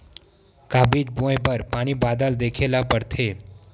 का बीज बोय बर पानी बादल देखेला पड़थे?